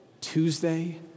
Tuesday